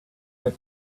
got